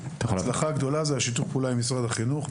ההצלחה הגדולה היא שיתוף פעולה עם משרד החינוך,